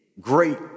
great